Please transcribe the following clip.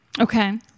Okay